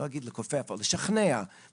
אני לא אגיד לכופף אבל לשכנע משרדי